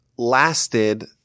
Lasted